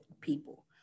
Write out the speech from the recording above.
people